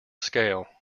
scale